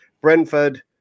brentford